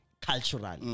cultural